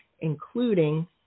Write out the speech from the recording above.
including